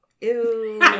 Ew